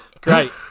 Great